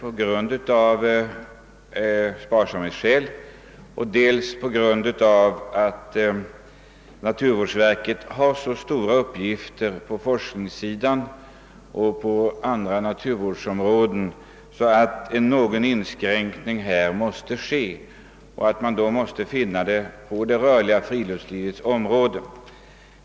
Avgörande för mig har varit dels sparsamhetsskäl, dels att naturvårdsverket har så stora uppgifter på forskningssidan och på andra naturvårdsområden, att någon inskränkning måste ske, och jag finner att den måste göras på det rörliga friluftslivets område.